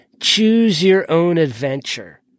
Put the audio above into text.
choose-your-own-adventure